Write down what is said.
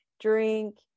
drink